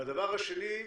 והדבר השני,